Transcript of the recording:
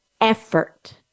effort